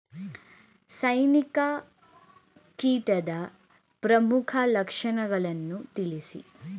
ಸೈನಿಕ ಕೀಟದ ಪ್ರಮುಖ ಲಕ್ಷಣಗಳನ್ನು ತಿಳಿಸಿ?